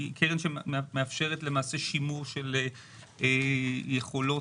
קרן שמאפשרת שימור של יכולות,